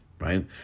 right